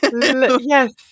Yes